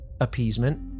appeasement